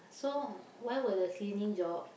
so why will the cleaning job